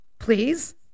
Please